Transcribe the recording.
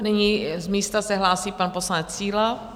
Nyní z místa se hlásí pan poslanec Síla.